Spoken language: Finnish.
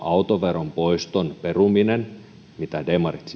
autoveron poiston perumisen mitä demarit